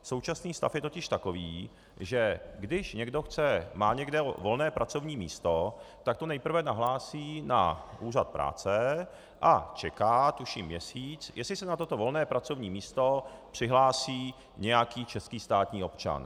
Současný stav je totiž takový, že když někdo má někde volné pracovní místo, tak to nejprve nahlásí na úřad práce a čeká, tuším měsíc, jestli se na toto volné pracovní místo přihlásí nějaký český státní občan.